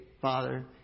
Father